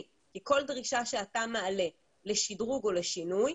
כי כל דרישה שאתה מעלה לשדרוג או לשינוי,